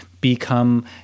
become